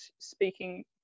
speaking